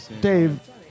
Dave